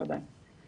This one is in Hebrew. ודאי.